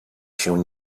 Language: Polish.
się